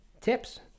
tips